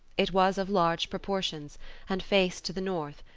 it was of large proportions and faced to the north,